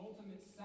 ultimate